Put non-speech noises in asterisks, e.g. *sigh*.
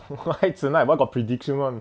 *laughs* why tonight why got prediction [one]